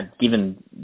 given